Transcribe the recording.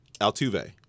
Altuve